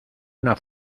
una